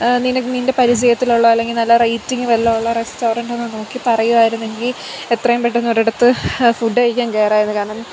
നിൻ്റെ പരിചയത്തിലുള്ള അല്ലെങ്കിൽ നല്ല റേറ്റിംഗ് വല്ലതും ഉള്ള റസ്റ്റോറൻ്റൊന്ന് നോക്കി പറയുമായിരുന്നെങ്കിൽ എത്രയും പെട്ടെന്നൊരിടത്ത് ഫുഡ് കഴിക്കാൻ കയറാമായിരുന്നു കാരണം